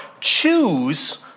choose